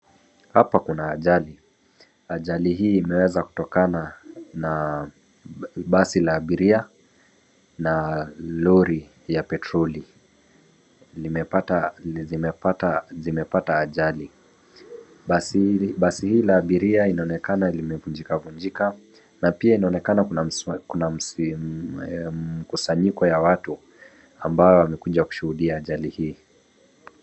Hapa kuna ajali , ajali hii imeweza kutokana ana basi la abiria na lori ya petroli zimepata ajali ,basi hili la abiria linaonekana limevunjika vunjika na pia inaonekana kuna mkusanyiko ya watu ambao wamekuja kushuhudia ajali hii.